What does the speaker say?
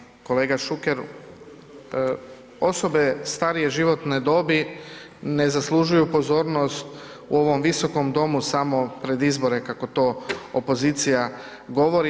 Poštovani kolega Šuker osobe starije životne dobi ne zaslužuju pozornost u ovom visokom domu samo pred izbore kako to opozicija govori.